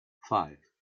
five